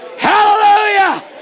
Hallelujah